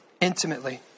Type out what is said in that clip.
intimately